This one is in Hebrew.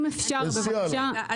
אם אפשר, בבקשה --- לא, נגמר.